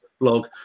blog